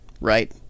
right